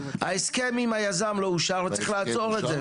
ההסכם עם היזם לא אושר וצריך לעצור את זה.